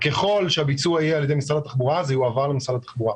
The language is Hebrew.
ככל שהביצוע יהיה על ידי משרד התחבורה זה יועבר למשרד התחבורה.